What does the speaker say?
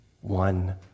one